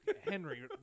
Henry